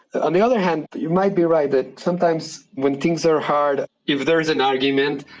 on the other hand, but you might be right that sometimes when things are hard, if there is an argument,